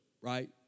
right